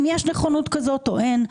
אם יש נכונות כזאת או אין.